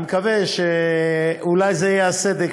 אני מקווה שאולי זה יהיה הסדק